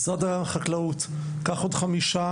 משרד החקלאות, קח עוד חמישה,